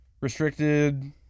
Restricted